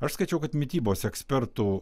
aš skaičiau kad mitybos ekspertų